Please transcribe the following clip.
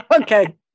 Okay